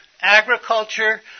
agriculture